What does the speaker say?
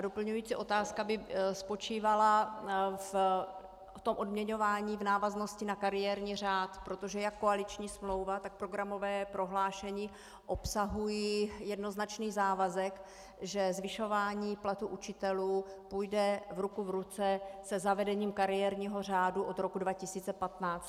Doplňující otázka by spočívala v odměňování v návaznosti na kariérní řád, protože jak koaliční smlouva, tak programové prohlášení obsahují jednoznačný závazek, že zvyšování platu učitelů půjde ruku v ruce se zavedením kariérního řádu od roku 2015.